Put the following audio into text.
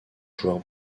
joueur